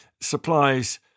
supplies